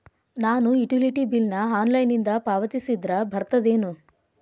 ನಾನು utility bill ನ ಆನ್ಲೈನಿಂದ ಪಾವತಿಸಿದ್ರ ಬರ್ತದೇನು?